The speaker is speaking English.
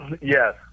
Yes